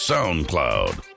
SoundCloud